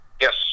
Yes